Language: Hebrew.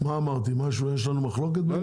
יש לנו מחלוקת בעניין הזה?